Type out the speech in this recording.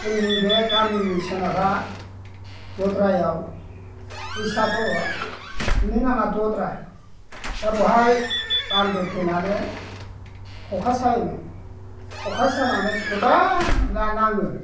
जोंनि बे गामिनि सोनाबहा दद्रायाव दैसा दङ बिनि नामआ दद्रा दा बावहाय बान्दो थेनानै खखा सायोमोन खखा सानानै गोबां ना नाङो